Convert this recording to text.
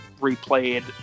replayed